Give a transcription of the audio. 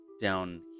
down